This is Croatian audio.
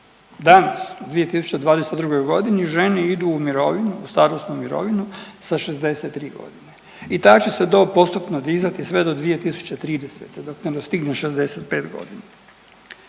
Danas u 2022.g. žene idu u mirovinu, u starosnu mirovinu sa 63.g. i ta će se dob postupno dizati sve do 2030. dok ne dostigne 65.g..